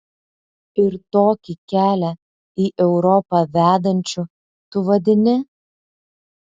ir tokį kelią į europą vedančiu tu vadini